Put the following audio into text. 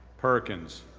perkins,